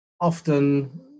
often